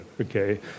okay